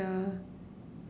yeah